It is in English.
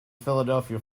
philadelphia